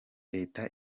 leta